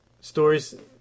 Stories